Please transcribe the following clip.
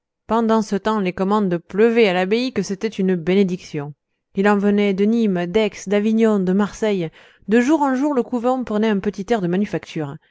pendant ce temps les commandes pleuvaient à l'abbaye que c'était une bénédiction il en venait de nîmes d'aix d'avignon de marseille de jour en jour le couvent prenait un petit air de manufacture